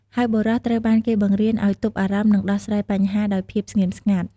ហើយបុរសត្រូវបានគេបង្រៀនឱ្យទប់អារម្មណ៍ និងដោះស្រាយបញ្ហាដោយភាពស្ងៀមស្ងាត់។